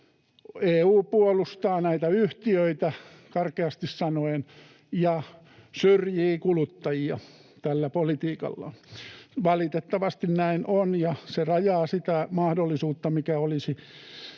EU puolustaa näitä yhtiöitä, karkeasti sanoen, ja syrjii kuluttajia tällä politiikallaan. Valitettavasti näin on, ja se rajaa sitä mahdollisuutta, mikä olisi